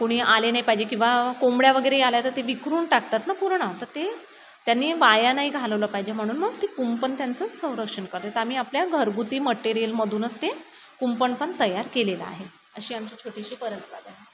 कुणी आले नाही पाहिजे किंवा कोंबड्या वगैरे आल्या तर ते विखरून टाकतात ना पूर्ण तर ते त्यांनी वाया नाही घालवलं पाहिजे म्हणून मग ते कुंपण त्यांचं संरक्षण करते तर आम्ही आपल्या घरगुती मटेरियलमधूनच ते कुंपण पण तयार केलेलं आहे अशी आमची छोटीशी परसबाग आहे